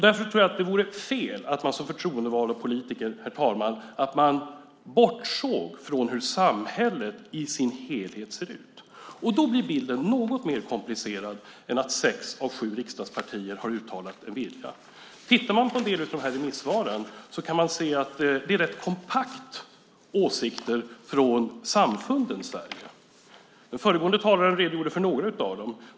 Därför tror jag att det vore fel om man som förtroendevald och politiker bortsåg från hur samhället i sin helhet ser ut, herr talman. Då blir bilden något mer komplicerad än att sex av sju riksdagspartier har uttalat en vilja. Om man tittar på en del av remissvaren kan man se att det är rätt kompakta åsikter från samfunden i Sverige. Den föregående talaren redogjorde för några av dem.